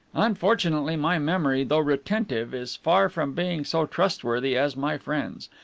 unfortunately, my memory, though retentive, is far from being so trustworthy as my friend's,